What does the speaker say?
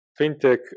fintech